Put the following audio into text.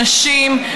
הנשים,